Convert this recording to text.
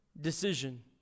decision